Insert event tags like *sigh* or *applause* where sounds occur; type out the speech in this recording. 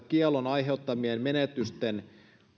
*unintelligible* kiellon aiheuttamien menetysten